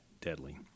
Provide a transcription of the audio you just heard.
deadly